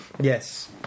Yes